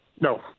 No